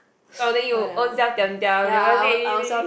oh then you ovrselves diam diam never say anything